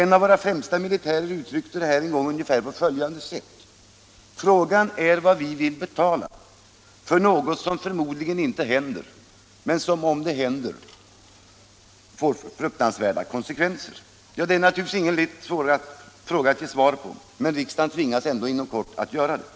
En av våra främsta militärer uttryckte detta en gång på ungefär följande sätt: Frågan är vad vi vill betala för något som förmodligen inte händer, men som, om det händer, får fruktansvärda konsekvenser. Ja, detta är förvisso ingen lätt fråga att ge svar på, men riksdagen tvingas ändå inom kort att göra det.